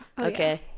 okay